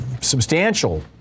substantial